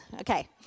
Okay